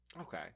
Okay